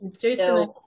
Jason